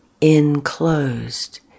enclosed